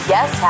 Yes